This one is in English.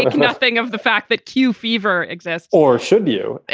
nothing of the fact that q fever exists or should you. and